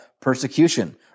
persecution